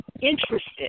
interested